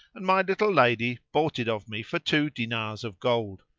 and my little lady bought it of me for two dinars of gold.